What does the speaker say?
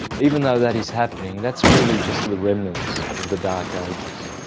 even though that is happening, that's really just the remnants of the dark ages.